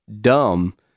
dumb